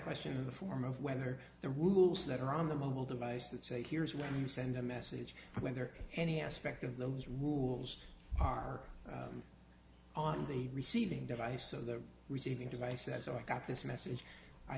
see in the form of whether the rules that are on the mobile devices say here's where you send a message whether any aspect of those rules are on the receiving device of the receiving device as i got this message i